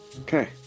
Okay